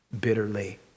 bitterly